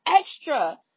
extra